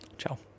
Ciao